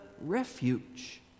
refuge